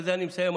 ובזה אני מסיים,